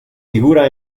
figura